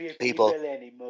People